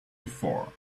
before